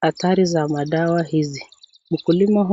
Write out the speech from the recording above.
athari za madawa hizi. Mkulima huyu